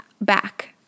back